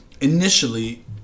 initially